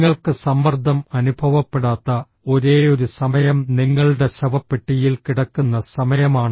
നിങ്ങൾക്ക് സമ്മർദ്ദം അനുഭവപ്പെടാത്ത ഒരേയൊരു സമയം നിങ്ങളുടെ ശവപ്പെട്ടിയിൽ കിടക്കുന്ന സമയമാണ്